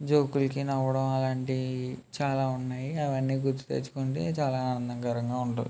జోకులకి నవ్వడం అలాంటివి చాలా ఉన్నాయి అవన్నీ గుర్తు తెచ్చుకుంటే చాలా ఆనందకరంగా ఉంటాయి